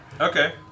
Okay